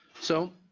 so